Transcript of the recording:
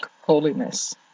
holiness